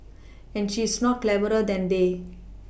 and she is not cleverer than they